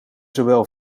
zowel